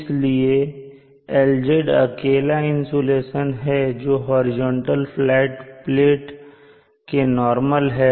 इसलिए LZ अकेला insulation है जो हॉरिजॉन्टल फ्लैट प्लेट के नॉर्मल है